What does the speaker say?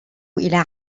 إلى